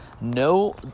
no